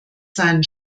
seinen